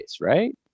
right